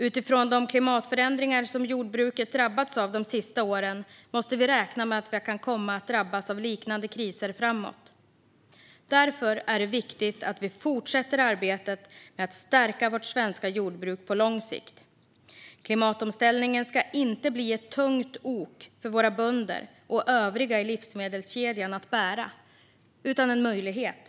Utifrån de klimatförändringar som jordbruket har drabbats av de senaste åren måste vi räkna med att vi kan komma att drabbas av liknande kriser framöver. Därför är det viktigt att vi fortsätter arbetet med att stärka vårt svenska jordbruk på lång sikt. Klimatomställningen ska inte bli ett tungt ok för våra bönder och övriga i livsmedelskedjan att bära utan en möjlighet.